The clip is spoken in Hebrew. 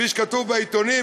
כפי שכתוב בעיתונים,